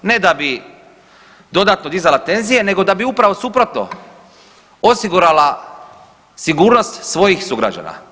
Ne da bi dodatno dizala tenzije, nego da bi upravo suprotno osigurala sigurnost svojih sugrađana.